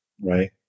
Right